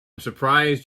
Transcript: surprised